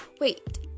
wait